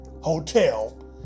Hotel